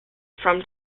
from